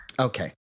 Okay